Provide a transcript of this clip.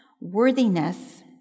worthiness